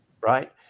right